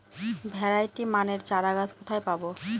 Variety মানের চারাগাছ কোথায় পাবো?